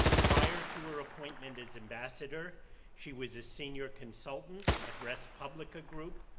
prior to her appointment as ambassador she was a senior consultant at rest publica group,